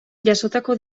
jasotako